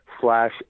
slash